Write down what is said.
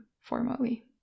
formally